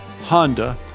Honda